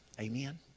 Amen